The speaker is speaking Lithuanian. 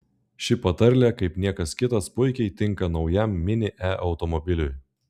ši patarlė kaip niekas kitas puikiai tinka naujam mini e automobiliui